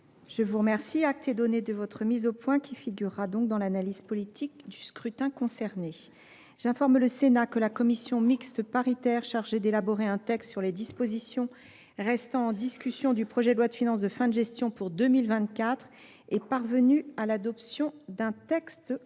voter pour. Acte est donné de cette mise au point. Elle figurera dans l’analyse politique du scrutin concerné. J’informe le Sénat que la commission mixte paritaire chargée d’élaborer un texte sur les dispositions restant en discussion du projet de loi de finances de fin de gestion pour 2024 est parvenue à l’adoption d’un texte